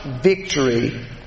victory